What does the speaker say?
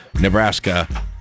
Nebraska